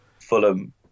Fulham